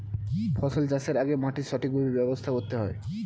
ফসল চাষের আগে মাটির সঠিকভাবে ব্যবস্থা করতে হয়